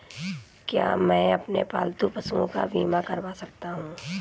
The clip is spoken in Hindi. क्या मैं अपने पालतू पशुओं का बीमा करवा सकता हूं?